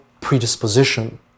predisposition